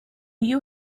you